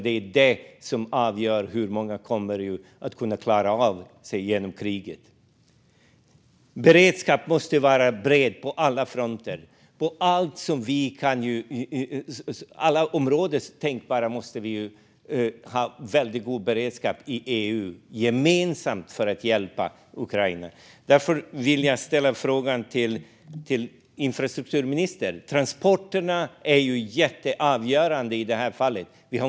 Det är den hjälpen som avgör hur många som kommer att klara sig genom kriget. Beredskapen måste vara bred på alla fronter, och vi måste ha god beredskap på alla tänkbara områden i EU. Det måste ge ske gemensamt för att hjälpa Ukraina. Därför vill jag ställa en fråga till infrastrukturministern. Transporterna är avgörande.